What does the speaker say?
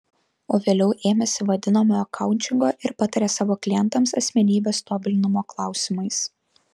o vėliau ėmėsi vadinamojo koučingo ir pataria savo klientams asmenybės tobulinimo klausimais